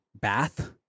Bath